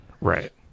Right